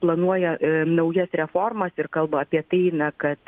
planuoja naujas reformas ir kalba apie tai na kad